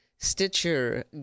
Stitcher